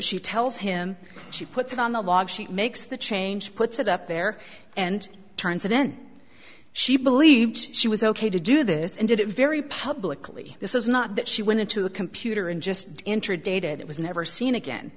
she tells him she puts it on a log she makes the change puts it up there and turns it in she believed she was ok to do this and did it very publicly this is not that she went into a computer and just entered dated it was never seen again